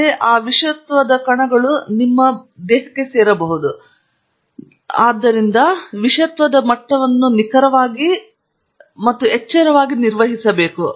ವಾಡಿಕೆಯ ವಿಷಯವಾಗಿ ಆದ್ದರಿಂದ ನೀವು ಏನನ್ನಾದರೂ ನಿರ್ವಹಿಸುತ್ತಿರಬಹುದು ಮತ್ತು ನೀವು ಮಾಡಬಾರದು ವಸ್ತುಗಳ ವಿಷತ್ವದ ಮಟ್ಟವನ್ನು ನಿಖರವಾಗಿ ಏನು ಎಂದು ನೀವು ತಕ್ಷಣ ಎಚ್ಚರವಾಗಿರಬಾರದು